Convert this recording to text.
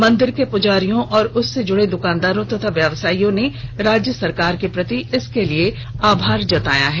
मंदिर के पुजारियों और उससे जुड़े दुकानदारों और व्यवसायियों ने भी राज्य सरकार के प्रति आभार जताया है